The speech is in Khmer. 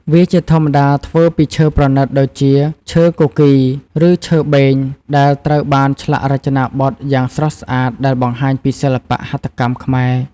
វាជាធម្មតាធ្វើពីឈើប្រណីតដូចជាឈើគគីរ ឬឈើបេង ដែលត្រូវបានឆ្លាក់រចនាបថយ៉ាងស្រស់ស្អាត ដែលបង្ហាញពីសិល្បៈហត្ថកម្មខ្មែរ។